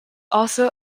also